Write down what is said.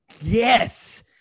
Yes